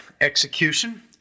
execution